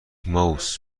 ماوس